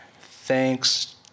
Thanks